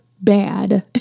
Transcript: bad